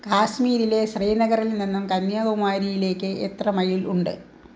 കാശ്മീരിലെ ശ്രീനഗറിൽ നിന്നും കന്യാകുമാരിയിലേക്ക് എത്ര മൈൽ ഉണ്ട്